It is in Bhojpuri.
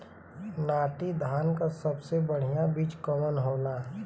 नाटी धान क सबसे बढ़िया बीज कवन होला?